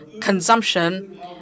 consumption